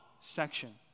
section